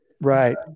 Right